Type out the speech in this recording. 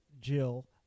Jill